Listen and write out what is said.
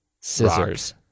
scissors